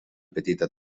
petita